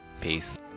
Peace